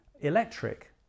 electric